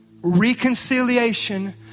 Reconciliation